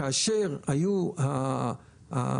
כאשר היו השיחות